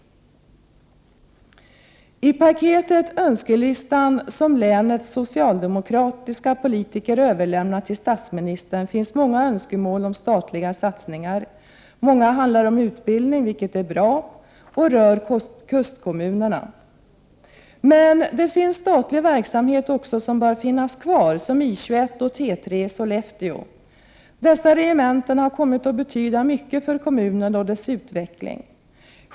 I paketet/önskelistan som länets socialdemokratiska politiker överlämnat till statsministern finns många önskemål om statliga satsningar. Många önskemål handlar om utbildning — vilket är bra — och rör kustkommunerna. Men det finns också statlig verksamhet som bör finnas kvar, som exempelvis I 21 och T 3 i Sollefteå. Dessa regementen har kommit att betyda mycket för kommunen och dess utveckling.